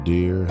Dear